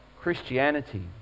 Christianity